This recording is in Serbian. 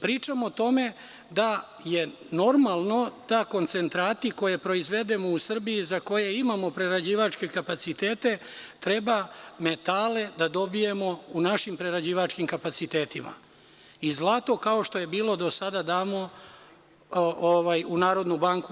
Pričam o tome da je normalno da koncentrati koje proizvedemo u Srbiji, za koje imamo prerađivačke kapacitete, treba metale da dobijemo u našim prerađivačkim kapacitetima, i zlato, kao što je bilo do sada, damo u NBS.